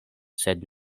sed